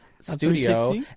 studio